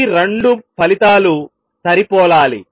ఈ రెండు ఫలితాలు సరిపోలాలి